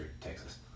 Texas